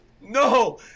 No